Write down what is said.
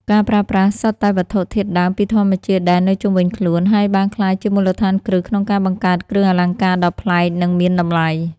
ការប្រើប្រាស់សុទ្ធតែវត្ថុធាតុដើមពីធម្មជាតិដែលនៅជុំវិញខ្លួន ហើយបានក្លាយជាមូលដ្ឋានគ្រឹះក្នុងការបង្កើតគ្រឿងអលង្ការដ៏ប្លែក និងមានតម្លៃ។